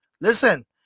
Listen